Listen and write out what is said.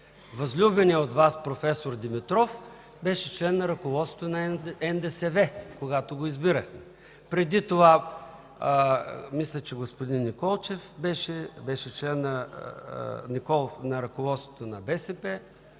Възлюбеният от Вас проф. Димитров беше член на ръководството на НДСВ, когато го избирахме. Преди това, мисля, че господин Николов беше член на ръководството на БСП